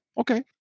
okay